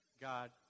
God